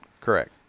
correct